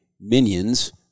Minions